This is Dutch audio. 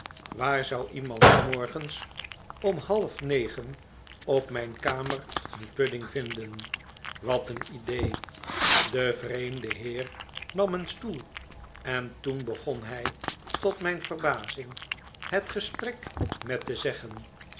waar zou iemand s morgens om halfnegen op mijn kamer een pudding vinden wat een idee de vreemde heer nam een stoel en toen begon hij tot mijn verbazing het gesprek met te zeggen